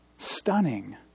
Stunning